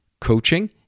coaching